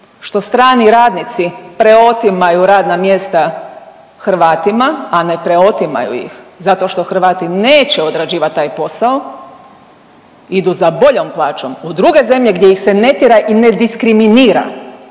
što strani radnici preotimaju radna mjesta Hrvatima, a ne preotimaju ih zato što Hrvati neće odrađivat taj posao, idu za boljom plaćom u druge zemlje gdje ih se ne tjera i ne diskriminira,